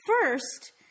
First